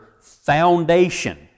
foundation